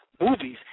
movies